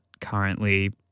currently